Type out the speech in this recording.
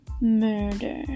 murder